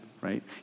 right